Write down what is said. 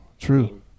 true